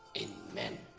in men.